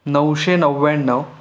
नउशे नव्याण्णव